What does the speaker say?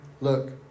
Look